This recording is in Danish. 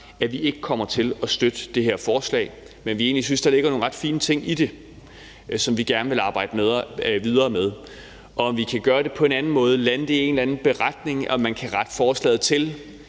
at vi ikke kommer til at støtte det her forslag. Men vi synes, der ligger nogle ret fine ting i det, som vi gerne vil arbejde videre med. Om vi kan gøre det på en anden måde, altså lande det i en eller anden beretning, om man kan rette forslaget til,